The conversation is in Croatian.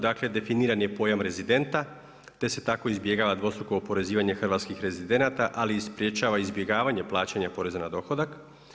Dakle, definiran je pojam rezidenta te se tako izbjegava dvostruko oporezivanje hrvatskih rezidenata, ali i sprječava izbjegavanje plaćanja poreza na dohodak.